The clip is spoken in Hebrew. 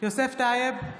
יוסף טייב,